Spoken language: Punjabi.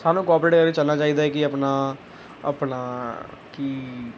ਸਾਨੂੰ ਕੋਪਰੇਟ ਕਰਕੇ ਚੱਲਣਾ ਚਾਹੀਦਾ ਹੈ ਕਿ ਆਪਣਾ ਆਪਣਾ ਕਿ